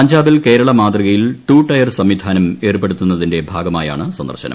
പഞ്ചാബിൽ കേരള മാതൃകയിൽ two tier സംവിധാനം ഏർപ്പെടു ത്തുന്നതിന്റെ ഭാഗമായാണ് സന്ദർശനം